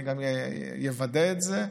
אני גם אוודא את זה,